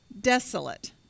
desolate